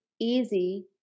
easy